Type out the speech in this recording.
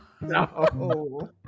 No